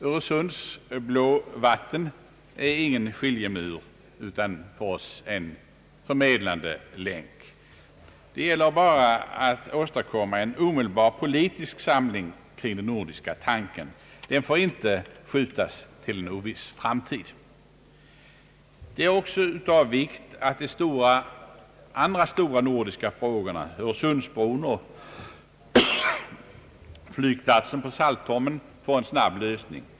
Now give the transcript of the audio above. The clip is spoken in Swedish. Öresunds blå vatten är ingen skiljemur utan för oss en förmedlande länk. Det gäller bara att åstadkomma en omedelbar politisk samling kring den nordiska tanken. Den får inte skjutas till en oviss framtid. Det är också av vikt att de andra stora nordiska frågorna — Öresundsbron och flygplatsen på Saltholm — får en snabb lösning.